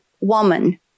woman